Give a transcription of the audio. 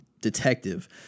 detective